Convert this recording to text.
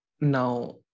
Now